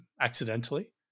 accidentally